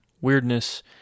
Weirdness